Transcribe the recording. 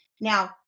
Now